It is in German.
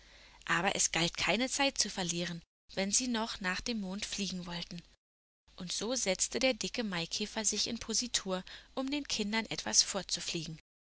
aber es galt keine zeit zu verlieren wenn sie noch nach dem mond fliegen wollten und so setzte der dicke maikäfer sich in positur um den kindern etwas vorzufliegen